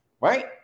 right